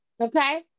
Okay